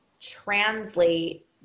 translate